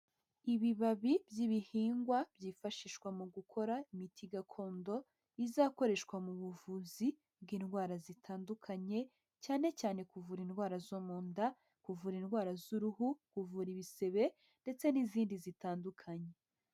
Ibibabi by'ibihingwa byifashishwa mu gukora imiti gakondo izakoreshwa mu buvuzi bw'indwara zitandukanye cyane cyane kuvura indwara zo mu nda, kuvura indwara z'uruhu, kuvura ibisebe ndetse n'izindi zitandukanye.